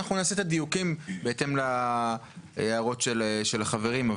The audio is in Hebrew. אנחנו נעשה את הדיוקים בהתאם להערות של החברים.